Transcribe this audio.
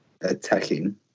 attacking